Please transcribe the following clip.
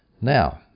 Now